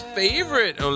favorite